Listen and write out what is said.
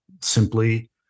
simply